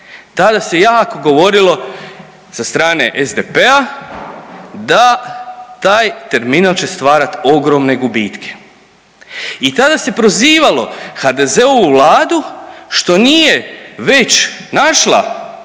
tada se jako govorilo sa strane SDP-a da taj terminal će stvarat ogromne gubitke. I tada se prozivalo HDZ-ovu vladu što nije već našla